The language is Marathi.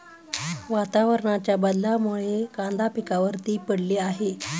वातावरणाच्या बदलामुळे कांदा पिकावर ती पडली आहे